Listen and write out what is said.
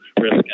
risk